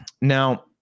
Now